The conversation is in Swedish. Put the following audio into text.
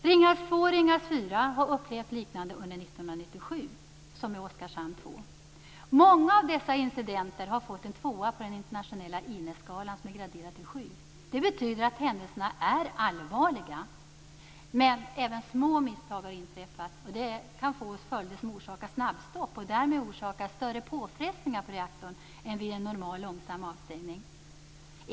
Ringhals 2 och Ringhals 4 har upplevt liknande saker som i Oskarshamn 2 under 1997. Många av dessa incidenter har fått en tvåa på den internationella Inesskalan som är graderad till sju. Det betyder att händelserna är allvarliga. Men även små misstag har inträffat, och de kan få följder som orsakar snabbstopp och därmed orsakar större påfrestningar på reaktorn än vid en normal långsam avstängning.